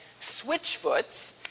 Switchfoot